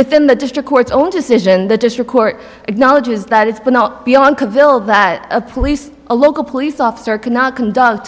within the district court's own decision the district court acknowledges that it's been beyond vill that a police a local police officer cannot conduct